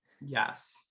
Yes